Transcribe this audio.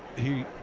he